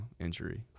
injury